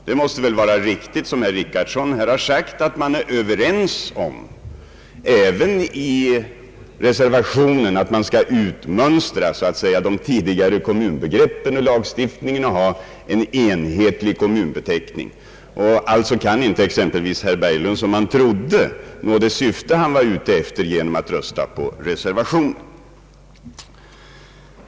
Det måste, som herr Richardson här sade, vara riktigt att man även i reservationen är överens om att man skall utmönstra de tidigare kommunbegreppen ur lagstiftningen och ha en enhetlig kommunbeteckning. Alltså kan inte herr Berglund, som han trodde, nå det syfte han var ute efter genom att rösta på reservationen.